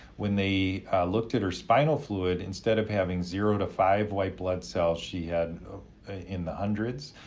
when they looked at her spinal fluid, instead of having zero to five white blood cells, she had in the hundreds,